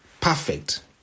perfect